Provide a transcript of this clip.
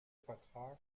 vertrag